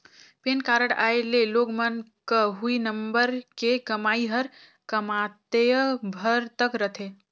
PAN card आए ले लोग मन क हुई नंबर के कमाई हर कमातेय भर तक रथे